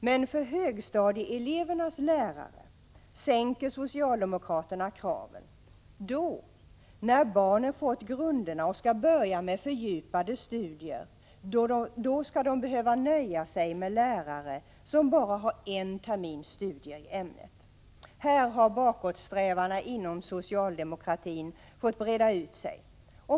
Men för högstadieelevernas lärare sänker socialdemokraterna kraven. När barnen fått grunderna och skall börja med fördjupade studier, då skall de behöva nöja sig med lärare som bara har en termins studier i ämnet. Här har bakåtsträvarna inom socialdemokratin fått breda ut sig.